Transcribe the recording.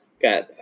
got